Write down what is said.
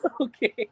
Okay